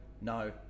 no